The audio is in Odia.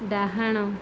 ଡାହାଣ